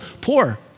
poor